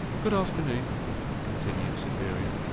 good afternoon continued cytherea.